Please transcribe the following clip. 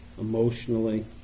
emotionally